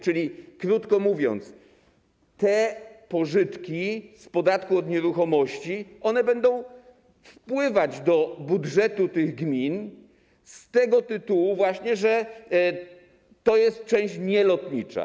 Czyli krótko mówiąc, te pożytki z podatku od nieruchomości będą wpływać do budżetu tych gmin z tego tytułu, że to jest część nielotnicza.